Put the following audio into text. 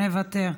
מוותר.